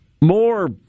More